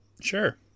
Sure